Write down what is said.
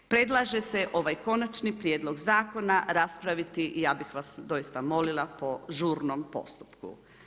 Predlaže se ovaj konačni prijedlog zakona raspraviti i ja bih vas doista molila po žurnom postupku.